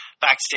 backstage